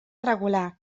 regular